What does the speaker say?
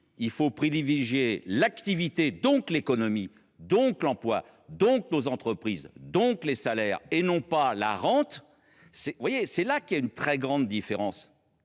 qu’il faut privilégier l’activité, donc l’économie, donc l’emploi, donc nos entreprises, donc les salaires, et non pas la rente – c’est une très grande différence